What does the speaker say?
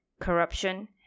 corruption